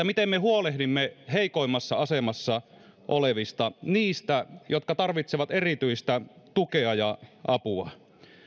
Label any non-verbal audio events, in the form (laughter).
(unintelligible) miten me huolehdimme heikoimmassa asemassa olevista niistä jotka tarvitsevat erityistä tukea ja apua